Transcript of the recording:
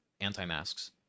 anti-masks